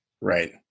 Right